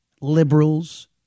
liberals